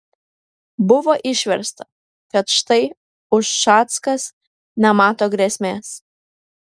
buvo išversta kad štai ušackas nemato grėsmės